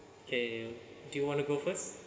okay do you want to go first